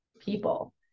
people